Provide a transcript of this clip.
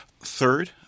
Third